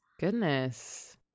Goodness